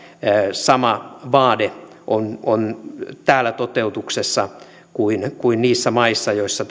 sama vaade on on täällä toteutuksessa kuin kuin niissä maissa joissa